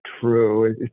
true